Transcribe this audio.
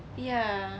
ya